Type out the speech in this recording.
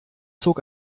zog